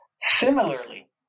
Similarly